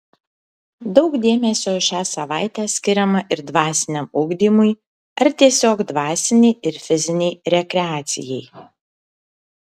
daug dėmesio šią savaitę skiriama ir dvasiniam ugdymui ar tiesiog dvasinei ir fizinei rekreacijai